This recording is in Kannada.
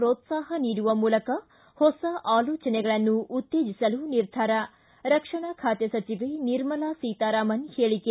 ಪ್ರೋತ್ವಾಹ ನೀಡುವ ಮೂಲಕ ಹೊಸ ಆಲೋಚನೆಗಳನ್ನು ಉತ್ತೇಜಿಸಲು ನಿರ್ಧಾರ ರಕ್ಷಣಾ ಖಾತೆ ಸಚಿವೆ ನಿರ್ಮಲಾ ಸೀತಾರಾಮನ್ ಹೇಳಿಕೆ